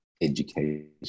education